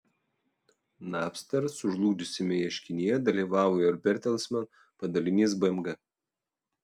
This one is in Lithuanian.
napster sužlugdžiusiame ieškinyje dalyvavo ir bertelsman padalinys bmg